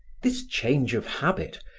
this change of habit,